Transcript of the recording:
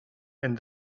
and